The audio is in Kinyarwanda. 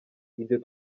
ibyo